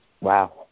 Wow